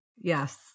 Yes